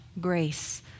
grace